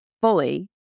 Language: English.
fully